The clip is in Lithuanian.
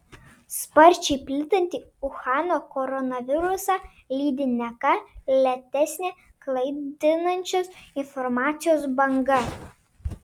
sparčiai plintantį uhano koronavirusą lydi ne ką lėtesnė klaidinančios informacijos banga